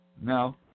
No